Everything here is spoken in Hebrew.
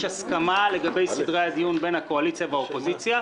יש הסכמה לגבי סדרי הדיון בין הקואליציה לאופוזיציה,